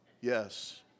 Yes